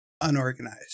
unorganized